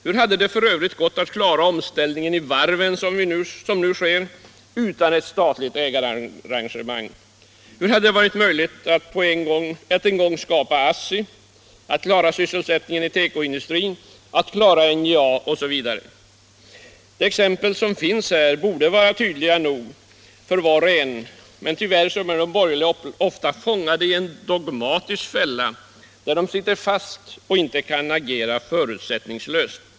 Hur hade det f. ö. gått att klara den omställning i varven, som nu sker, utan ett statligt ägarengagemang? Hur hade det varit möjligt att en gång skapa ASSI, att klara sysselsättningen i tekoindustrin, att klara NJA osv.? De exempel som finns här borde vara tydliga nog för var och en. Men tyvärr är de borgerliga ofta fångade i en dogmatisk fälla, där de sitter fast och inte kan agera förutsättningslöst.